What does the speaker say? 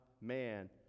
Man